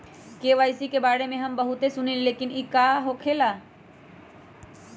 KYC के बारे में हम बहुत सुनीले लेकिन इ का होखेला?